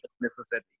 Mississippi